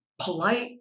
polite